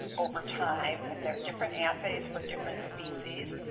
over time, and there are different assays for different species.